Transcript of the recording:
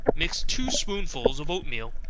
mix two spoonsful of oat-meal,